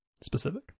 specific